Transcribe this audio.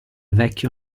vecchio